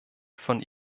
von